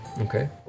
Okay